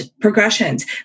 progressions